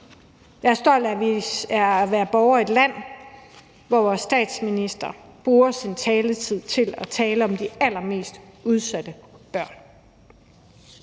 Jeg er stolt af at være borger i et land, hvor vores statsminister bruger sin taletid til at tale om de allermest udsatte børn.